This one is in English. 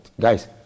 Guys